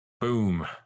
Boom